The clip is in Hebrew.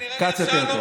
אלי, נראה לי יותר טוב